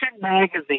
magazine